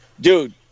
dude